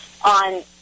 on